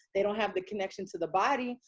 they don't have the connection to the body.